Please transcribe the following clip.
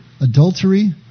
adultery